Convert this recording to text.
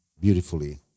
beautifully